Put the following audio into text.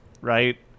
right